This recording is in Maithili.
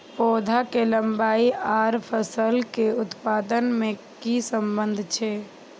पौधा के लंबाई आर फसल के उत्पादन में कि सम्बन्ध छे?